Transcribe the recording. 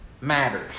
matters